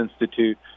Institute